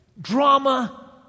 drama